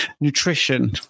nutrition